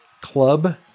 club